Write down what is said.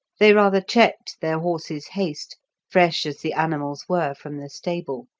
they rather checked their horses' haste fresh as the animals were from the stable,